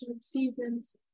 seasons